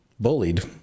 bullied